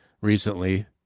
recently